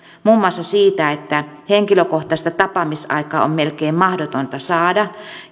muun muassa siitä että henkilökohtaista tapaamisaikaa on melkein mahdotonta saada